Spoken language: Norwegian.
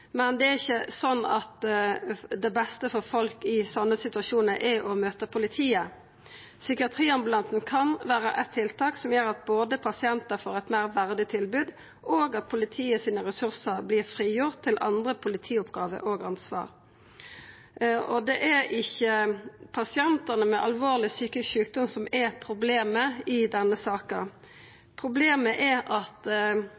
men det er ikkje sånn at det beste for folk i sånne situasjonar er å møta politiet. Psykiatriambulansen kan vera eitt tiltak som gjer både at pasientar får eit meir verdig tilbod, og at politiet sine ressursar vert frigjorde til andre politioppgåver og anna ansvar. Det er ikkje pasientane med alvorleg psykisk sjukdom som er problemet i denne